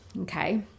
Okay